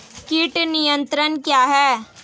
कीट नियंत्रण क्या है?